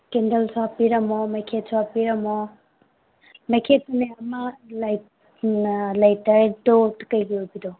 ꯀꯦꯟꯗꯜꯁꯨ ꯍꯥꯞꯄꯤꯔꯝꯃꯣ ꯃꯩꯈꯦꯠꯁꯨ ꯍꯥꯞꯄꯤꯔꯝꯃꯣ ꯃꯩꯈꯦꯠꯇꯨꯅꯦ ꯑꯃ ꯂꯥꯏꯇꯔꯗꯣ ꯀꯩꯒꯤ ꯑꯣꯏꯕꯗꯣ